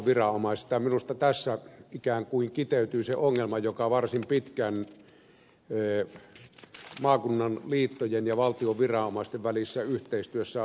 minusta tässä ikään kuin kiteytyy se ongelma joka varsin pitkään maakunnan liittojen ja valtion viranomaisten välisessä yhteistyössä on ollut